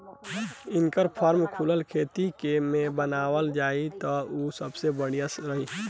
इनकर फार्म खुला खेत में बनावल जाई त उ सबसे बढ़िया रही